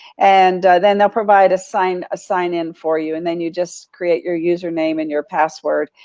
and then they'll provide a sign ah sign in for you, and then you just create your username and your password,